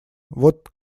вот